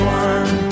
one